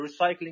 recycling